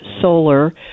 solar